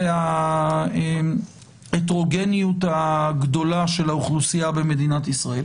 זה ההטרוגניות הגדולה של האוכלוסייה במדינת ישראל